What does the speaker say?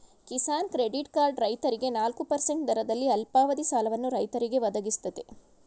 Kisan credit card ರೈತರಿಗೆ ನಾಲ್ಕು percent ದರದಲ್ಲಿ ಅಲ್ಪಾವಧಿ ಸಾಲವನ್ನು ರೈತರಿಗೆ ಒದಗಿಸ್ತದೆ